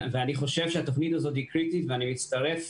אני חושב שהתוכנית הזאת היא קריטית ואני מצטרף.